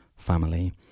family